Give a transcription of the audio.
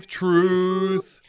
truth